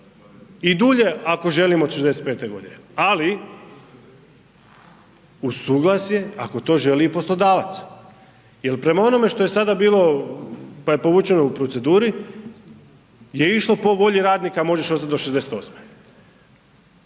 i dulje ako želim od 65. godine, ali uz suglasje ako to želi i poslodavac. Jel prema onome što je sada bilo pa je povučeno u proceduri je išlo po volji radnika možeš ostati do 68. I